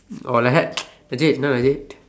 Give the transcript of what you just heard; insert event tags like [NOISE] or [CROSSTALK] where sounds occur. orh like that [NOISE] Machi என்ன:enna Machi